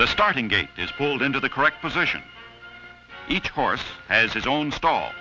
the starting gate is pulled into the correct position each horse has its own stall